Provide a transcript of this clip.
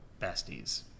besties